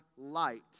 light